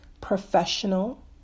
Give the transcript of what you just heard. professional